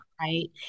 right